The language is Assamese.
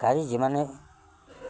গাড়ী যিমানে